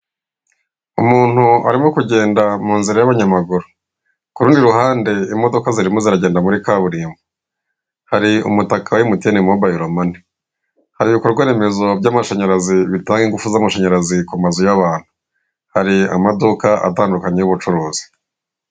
Umuntu arimo kugenda mu nzira y'abanyamaguru, ku rundi ruhande imodoka zirimo ziragenda muri kaburimbo, hari umutaka wa emutiyene mobayiro mani, hari ibikorwa remezo by'amashanyarazi bitanga ingufu z'amashanyarazi ku mazu y'abantu, hari amaduka atandukanye y'ubucuruzi.